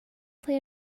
play